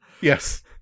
yes